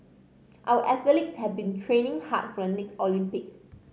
our athletes have been training hard for next Olympics